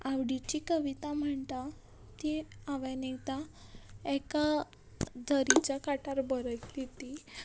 आवडीची कविता म्हणटा ती हांवेंन एकदां एका जरीच्या काटार बरयल्ली ती